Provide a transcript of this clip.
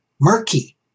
murky